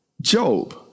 Job